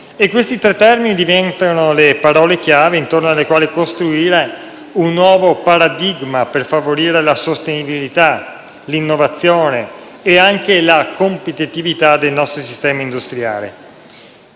che diventerebbero le parole chiave intorno alle quali costruire un nuovo paradigma per favorire la sostenibilità, l'innovazione e anche la competitività del nostro sistema industriale.